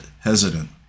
hesitant